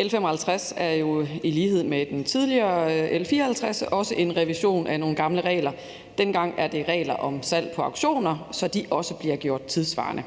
L 55 er jo i lighed med det tidligere lovforslag, L 54, også en revision af nogle gamle regler. Denne gang er det regler om salg på auktioner, så de også bliver gjort tidssvarende.